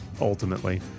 ultimately